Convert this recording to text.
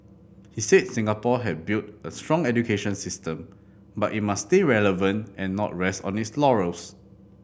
he said Singapore had built a strong education system but it must stay relevant and not rest on its laurels